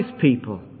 people